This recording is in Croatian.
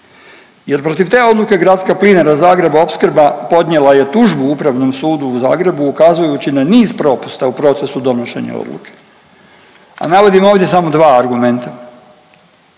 jer protiv te odluke je Gradska plinara Zagreb Opskrba podnijela je tužbu Upravnom sudu u Zagrebu ukazujući na niz propusta u procesu donošenja odluke, a navodim ovdje samo dva argumenta.